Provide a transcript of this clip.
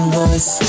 voice